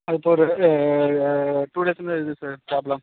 அது இப்போ ஒரு டூ டேஸாக இருக்கு சார் இந்த ப்ராப்ளம்